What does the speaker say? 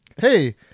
Hey